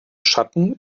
schatten